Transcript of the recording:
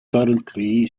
currently